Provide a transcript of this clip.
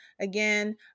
Again